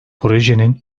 projenin